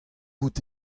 out